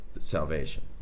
salvation